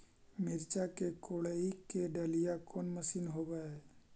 मिरचा के कोड़ई के डालीय कोन मशीन होबहय?